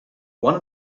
one